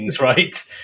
right